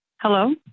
Hello